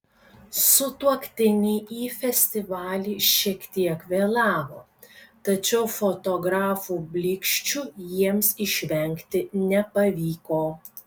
sutuoktiniai į festivalį šiek tiek vėlavo tačiau fotografų blyksčių jiems išvengti nepavyko